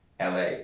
la